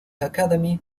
academy